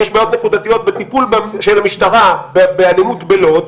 יש בעיות נקודתיות בטיפול של המשטרה באלימות בלוד,